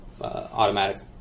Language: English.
automatic